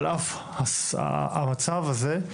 על אף המצב הזה,